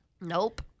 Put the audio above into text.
Nope